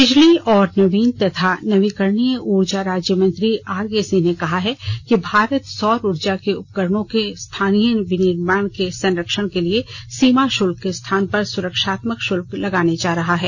बिजली और नवीन तथा नवीकरणीय ऊर्जा राज्य मंत्री आर के सिंह ने कहा है कि भारत सौर ऊर्जा उपकरणों के स्थानीय विनिर्माताओं के संरक्षण के लिए सीमा शल्क के स्थान पर सुरक्षात्मक शल्क लगाने जा रहा है